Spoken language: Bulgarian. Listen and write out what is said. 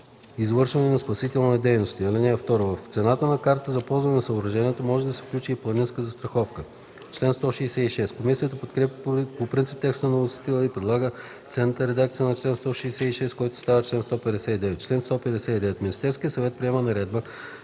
извършването на спасителни дейности. (2) В цената на картата за ползване на съоръжението може да се включи и планинска застраховка”. Комисията подкрепя по принцип текста на вносителя и предлага следната редакция на чл. 166, който става чл. 159: „Чл. 159. Министерският съвет приема наредба